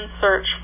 search